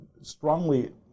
strongly